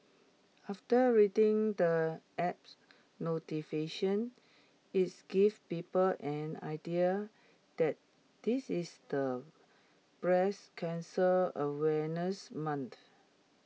after reading the apps notification its gives people an idea that this is the breast cancer awareness month